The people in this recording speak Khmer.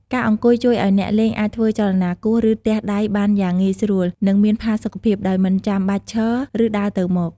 ការអង្គុយជួយឱ្យអ្នកលេងអាចធ្វើចលនាគោះ ឬទះដៃបានយ៉ាងងាយស្រួល និងមានផាសុកភាព ដោយមិនចាំបាច់ឈរ ឬដើរទៅមក។